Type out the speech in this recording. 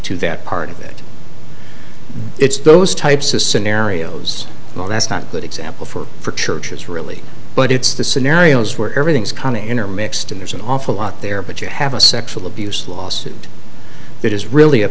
to that part of it it's those types of scenarios well that's not good example for for churches really but it's the scenarios where everything's coming in or mixed in there's an awful lot there but you have a sexual abuse lawsuit that is really a